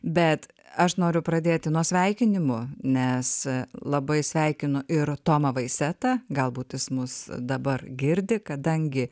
bet aš noriu pradėti nuo sveikinimų nes labai sveikinu ir tomą vaisetą galbūt jis mus dabar girdi kadangi